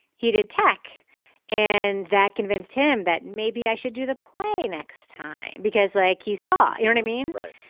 he did attack and that convinced him that maybe i should do the play next time because like he saw i don't mean right.